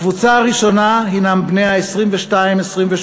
הקבוצה הראשונה הם בני 22 28,